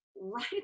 right